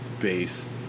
base